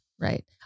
right